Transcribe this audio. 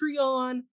Patreon